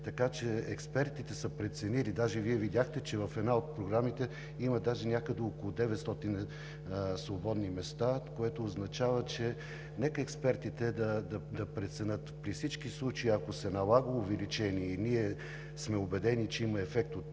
Така че експертите са преценили. Даже Вие видяхте, че в една от програмите има някъде около 900 свободни места, което означава – нека експертите да преценят. При всички случаи, ако се налага увеличение и ние сме убедени, че има ефект от